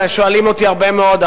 שואלים אותי הרבה מאוד,